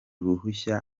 ruhushya